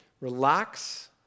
relax